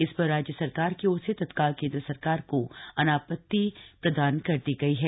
इस पर राज्य सरकार की ओर से तत्काल केंद्र सरकार को अनापति प्रदान कर दी गई है